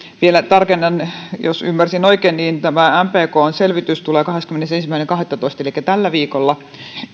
vielä tarkennan jos ymmärsin oikein niin tämä mpkn selvitys tulee kahdeskymmenestoinen kahdettatoista elikkä tällä viikolla